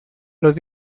los